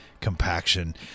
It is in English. compaction